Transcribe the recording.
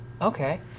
Okay